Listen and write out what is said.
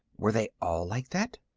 were they all like that?